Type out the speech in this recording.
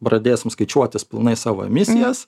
pradėsim skaičiuotis pilnai savo emisijas